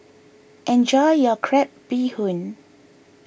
enjoy your Crab Bee Hoon